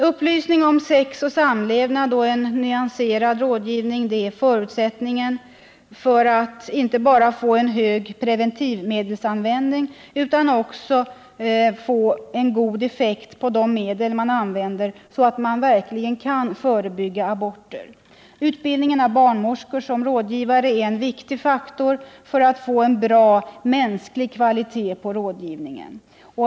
Upplysning om sex och samlevnad och en nyanserad rådgivning är förutsättningar för att få inte bara en hög preventivmedelsanvändning utan också god effekt på de medel man använder, så att aborter kan förebyggas. Utbildningen av barnmorskor som rådgivare är en viktig faktor för att få en god mänsklig kvalitet på rådgivningen.